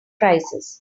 crisis